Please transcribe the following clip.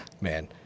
Man